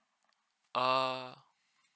err